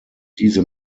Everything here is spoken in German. diese